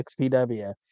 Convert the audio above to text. XPW